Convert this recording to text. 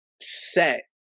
set